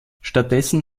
stattdessen